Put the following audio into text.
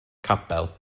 capel